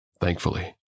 Thankfully